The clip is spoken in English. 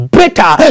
better